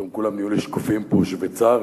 פתאום כולם נהיו לי שקופים פה, שוויצרים.